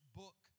book